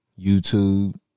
YouTube